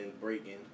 breaking